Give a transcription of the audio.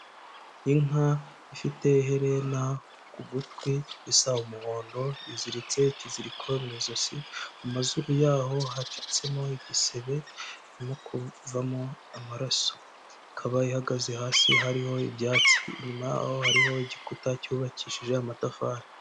Inka ifite iherena ku gutwi risa umuhondo, iziritse ikiziriko mu ijosi, mu mazuru yaho hacitsemo igisebe harimo kuvamo amaraso, ikaba ihagaze hasi hariho ibyatsi, inyuma yaho hariho igikuta cyubakishije amatafari.